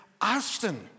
Austin